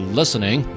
listening